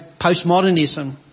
postmodernism